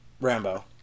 Rambo